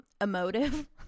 emotive